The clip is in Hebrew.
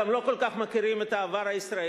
גם לא כל כך מכירים את העבר הישראלי,